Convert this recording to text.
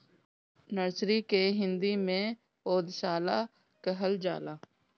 nursery के हिंदी में पौधशाला कहल जाला